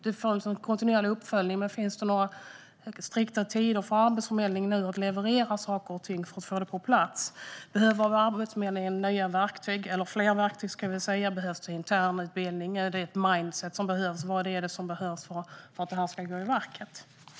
Det görs en kontinuerlig uppföljning, men finns det några strikta tider för Arbetsförmedlingen nu när det gäller att leverera saker och ting och få det här på plats? Behöver Arbetsförmedlingen nya eller fler verktyg? Behövs det internutbildning? Är det ett annat mindset som behövs? Vad är det som behövs för att det här ska kunna sättas i verket?